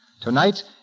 Tonight